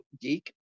geek